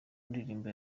ndirimbo